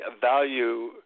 value